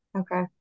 Okay